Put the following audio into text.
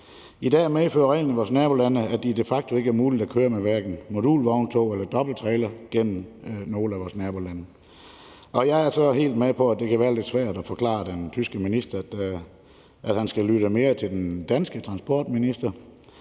I dag medfører reglerne i vores nabolande, at det de facto ikke er muligt at køre med hverken modulvogntog eller dobbelttrailere gennem nogle af vores nabolande. Jeg er så helt med på, at det kan være lidt svært at forklare den tyske minister, at han skal lytte mere til den danske transportminister